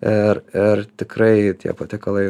ir ir tikrai tie patiekalai